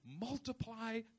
multiply